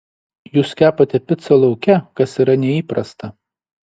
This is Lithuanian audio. jūs kepate picą lauke kas yra neįprasta